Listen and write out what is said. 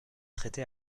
traité